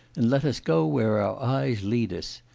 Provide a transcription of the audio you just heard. and let us go where our eyes lead us.